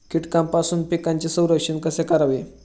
कीटकांपासून पिकांचे संरक्षण कसे करावे?